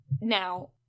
Now